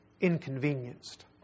inconvenienced